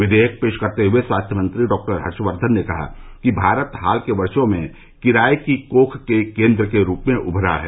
विदेयक पेश करते हए स्वास्थ्य मंत्री डॉ हर्षवर्धन ने कहा कि भारत हाल के वर्षो में किराए की कोख के केन्द्र के रूप में उमरा है